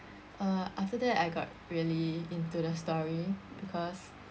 uh after that I got really into the story because